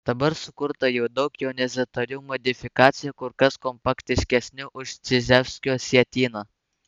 dabar sukurta jau daug jonizatorių modifikacijų kur kas kompaktiškesnių už čiževskio sietyną